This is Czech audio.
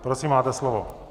Prosím, máte slovo.